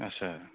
आदसा